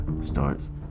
Starts